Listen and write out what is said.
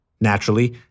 Naturally